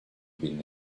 being